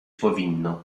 powinno